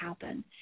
happen